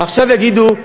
עכשיו יגידו,